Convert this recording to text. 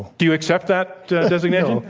do you accept that designation?